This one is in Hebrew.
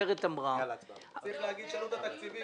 צריך להגיד את העלות התקציבית.